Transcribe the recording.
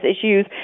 issues